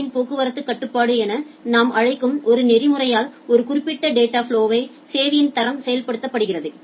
B யில் போக்குவரத்துக் கட்டுப்பாடு என நாம் அழைக்கும் ஒரு பொறிமுறையால் ஒரு குறிப்பிட்ட டேட்டா ஃபலொவிற்கு சேவையின் தரம் செயல்படுத்தப்படுகிறது